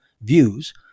views